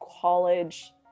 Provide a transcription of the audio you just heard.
college